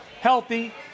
healthy